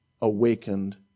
awakened